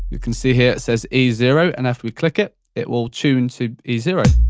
you can see here it says e zero and after we click it, it will tune to e zero.